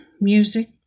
music